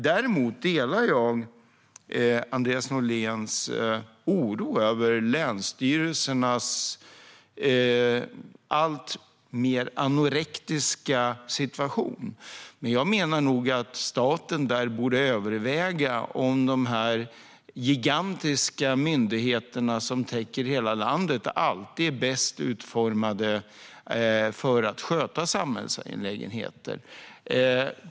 Däremot delar jag Andreas Norléns oro över länsstyrelsernas alltmer anorektiska situation och menar att staten borde överväga om de här gigantiska myndigheterna som täcker hela landet alltid är bäst utformade för att sköta samhällsangelägenheter.